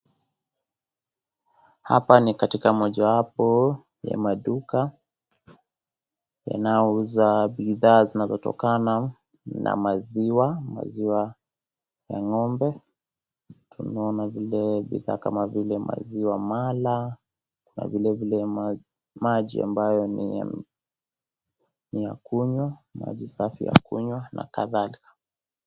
Hapa ni katika mojawapo ya maduka, inayouza bidhaa zinazotokana na maziwa, maziwa ya ng'ombe, tunaona vile bidhaa kama vile maziwa mala, kuna vile vile maji ambayo ni ya kunywa, maji safi ya kunywa na kadhalika.